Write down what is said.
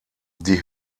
die